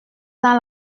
dans